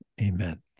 amen